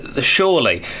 surely